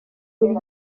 buri